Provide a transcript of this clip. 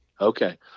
Okay